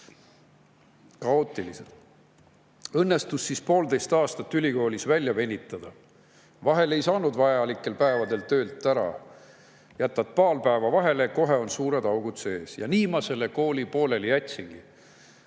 kaootilised. Õnnestus poolteist aastat ülikoolis välja venitada. Vahel ei saanud vajalikel päevadel töölt ära. Jätad aga paar päeva vahele, kohe on suured augud sees. "Ja nii ma selle kooli pooleli jätsingi."